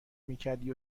میکردی